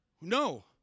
No